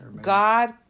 God